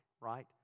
right